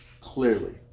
Clearly